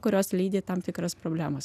kurios lydi tam tikras problemas